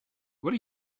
what